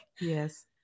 Yes